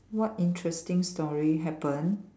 what interesting story happen